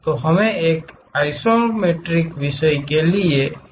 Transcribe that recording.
तो हमें एक आइसोमेट्रिक विषय के लिए एक अक्ष की आवश्यकता है